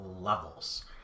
levels